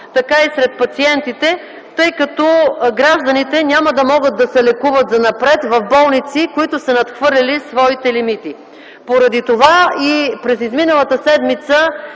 така и сред пациентите, тъй като гражданите няма да могат занапред да се лекуват в болници, които са надхвърлили своите лимити. Поради това през изминалата седмица